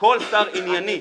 כל שר ענייני,